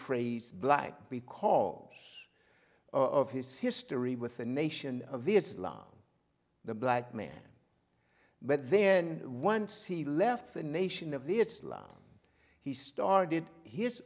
phrase black because of his history with the nation of islam the black man but then once he left the nation of the it's law he started his